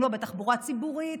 אם לא בתחבורה ציבורית,